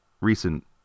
recent